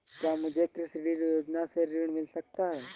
क्या मुझे कृषि ऋण योजना से ऋण मिल सकता है?